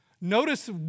Notice